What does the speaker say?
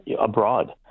abroad